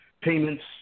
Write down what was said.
payments